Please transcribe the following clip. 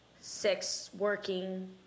sex-working